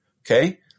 Okay